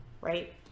right